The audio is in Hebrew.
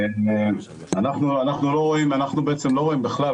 אנחנו לא רואים בכלל,